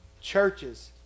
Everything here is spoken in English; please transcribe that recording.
Churches